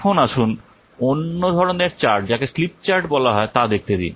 এখন আসুন অন্য ধরণের চার্ট যাকে স্লিপ চার্ট বলা হয় তা দেখতে দিন